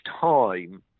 time